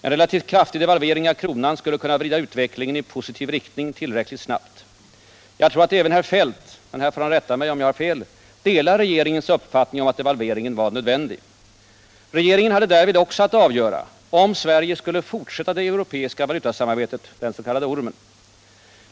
En relativt kraftig devalvering av kronan skulle kunna vrida utvecklingen i positiv riktning tillräckligt snabbt. Jag tror att även herr Feldt — men här får han rätta mig om jag har fel — delar regeringens uppfattning om att devalveringen var nödvändig. Regeringen hade därvid också att avgöra om Sverige skulle fortsätta det europeiska valutasamarbetet, den s.k. ormen.